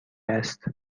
است